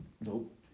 Nope